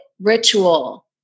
ritual